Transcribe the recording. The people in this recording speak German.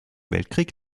weltkrieg